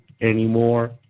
anymore